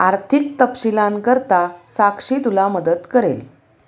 आर्थिक तपशिलांकरता साक्षी तुला मदत करेल